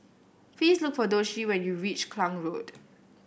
please look for Doshie when you reach Klang Road